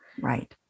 Right